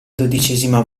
dodicesima